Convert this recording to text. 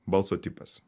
balso tipas